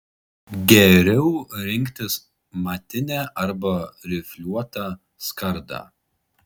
geriau rinktis matinę arba rifliuotą skardą